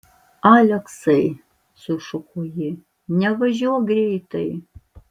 aleksai sušuko ji nevažiuok greitai